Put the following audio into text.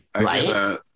Right